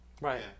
Right